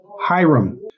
Hiram